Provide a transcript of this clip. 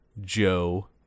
Joe